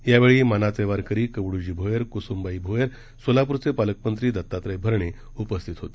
यावेळी मानाचे वारकरी कवडुजी भोयर कुसुमबाई भोयर सोलापूरचे पालकमंत्री दत्तात्रय भरणे उपस्थित होते